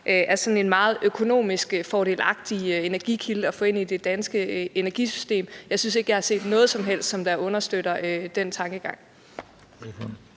er sådan en meget økonomisk fordelagtig energikilde at få ind i det danske energisystem. Jeg synes ikke, jeg har set noget som helst, som understøtter den tankegang.